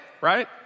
right